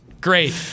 Great